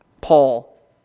Paul